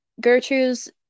Gertrude's